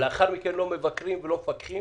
ולאחר מכן לא מבקרים ולא מפקחים